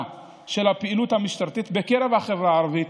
של הפעילות המשטרתית בקרב החברה הערבית,